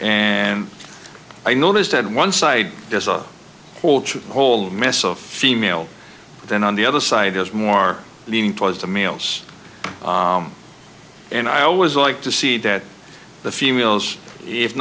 and i noticed at one side there's a whole whole mess of female but then on the other side there's more leaning towards the males and i always like to see that the females if